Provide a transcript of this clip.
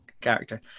character